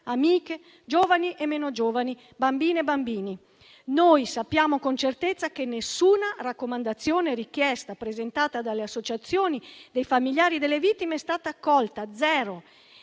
amiche, giovani e meno giovani, bambine e bambini. Sappiamo con certezza che nessuna raccomandazione o richiesta presentata dalle associazioni dei familiari delle vittime è stata accolta. Zero.